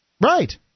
Right